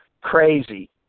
crazy